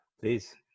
please